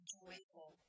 joyful